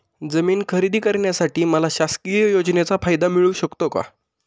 जमीन खरेदी करण्यासाठी मला शासकीय योजनेचा फायदा मिळू शकतो का?